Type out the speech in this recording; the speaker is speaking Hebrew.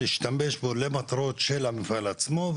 להשתמש בו למטרות של המפעל עצמו,